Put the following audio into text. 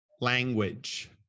language